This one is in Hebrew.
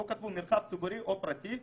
פה כתבו מרחב ציבורי או פרטי,